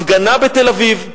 הפגנה בתל-אביב,